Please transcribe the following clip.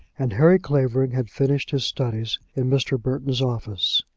and harry clavering had finished his studies in mr. burton's office.